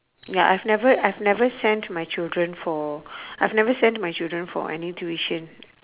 ya I've never I've never sent my children for I've never sent my children for any tuition